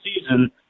season